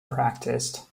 practiced